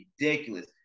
ridiculous